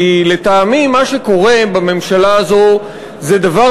כי לטעמי מה שקורה בממשלה הזאת זה דבר